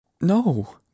No